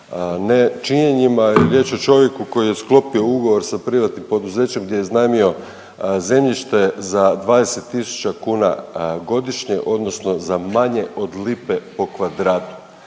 nečinjenjima jer je riječ o čovjeku koji je sklopio ugovor sa privatnim poduzećem gdje je iznajmio zemljište za 20000 kuna godišnje, odnosno za manje od lipe po kvadratu.